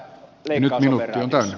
arvoisa puhemies